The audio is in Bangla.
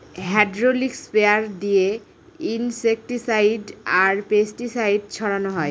হ্যাড্রলিক স্প্রেয়ার দিয়ে ইনসেক্টিসাইড আর পেস্টিসাইড ছড়ানো হয়